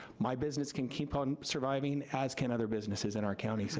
my business can keep on surviving, as can other businesses in our county. so